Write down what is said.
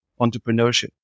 entrepreneurship